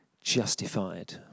justified